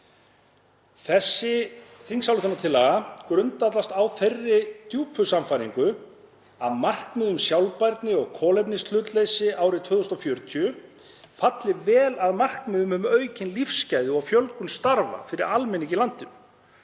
Þessi þingsályktunartillaga grundvallast á þeirri djúpu sannfæringu að markmið um sjálfbærni og kolefnishlutleysi árið 2040 falli vel að markmiðum um aukin lífsgæði og fjölgun starfa fyrir almenning í landinu.